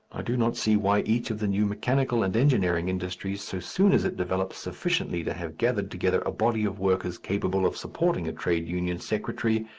i do not see why each of the new mechanical and engineering industries, so soon as it develops sufficiently to have gathered together a body of workers capable of supporting a trade union secretary,